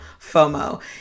FOMO